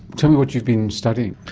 tell me what you've been studying?